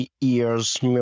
years